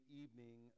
evening